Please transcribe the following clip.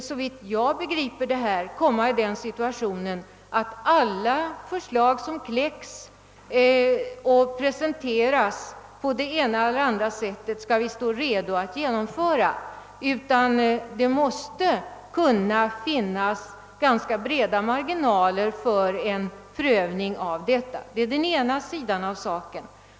Såvitt jag förstår kan vi aldrig komma i den situationen att alla presenterade förslag skall genomföras; det måste alltid finnas breda marginaler för en prövning av projekten. Detta är den ena sidan av saken.